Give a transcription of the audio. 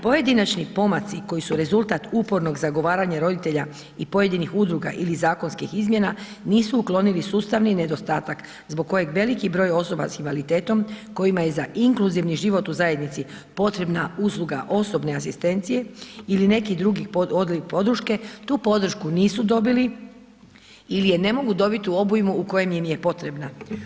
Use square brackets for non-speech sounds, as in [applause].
Pojedinačni pomaci, koji su rezultat upornog zagovaranja roditelja i pojedinih udruga ili zakonskih izmjena nisu uklonili sustavni nedostatak, zbog kojih veliki broj osoba s invaliditetom, kojima je za inkluzivni život u zajednici, potreba usluga osobne asistencije ili nekih drugih … [unintelligible] tu podršku nisu dobili ili je ne mogu dobiti u obujmu u kojoj im je potreba.